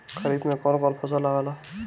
खरीफ में कौन कौन फसल आवेला?